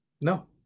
No